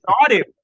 started